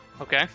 Okay